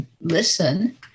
listen